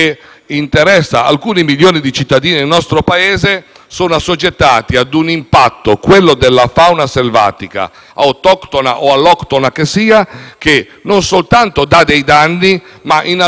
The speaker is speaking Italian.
è assoggettata ad un impatto, quello della fauna selvatica, autoctona o alloctona che sia, che, non soltanto provoca dei danni, ma, in alcuni casi, addirittura impedisce lo svolgimento